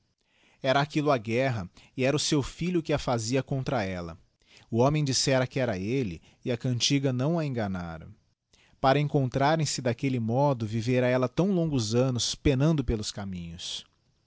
era aquillo a guerra e era o seu filho que a fazia contra ella o homem dissera que era elle e a cantiga não a enganara para encontrarem se daquelle modo vivera ella tão longos annos penando pelos caminhos